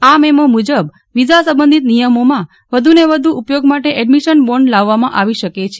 આ મેમો મુજબ વિઝા સંબંધિત નિયમોના વધુને વધુ ઉપયોગ માટે એડમિશન બોન્ડ લાવવામાં આવી શકે છે